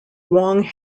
wong